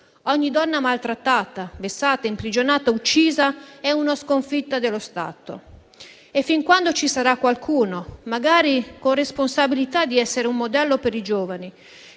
Ogni donna maltrattata, vessata, imprigionata o uccisa è una sconfitta dello Stato. E fin quando ci sarà qualcuno, magari con la responsabilità di essere un modello per i giovani,